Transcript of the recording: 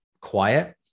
quiet